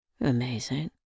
Amazing